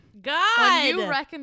God